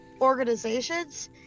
organizations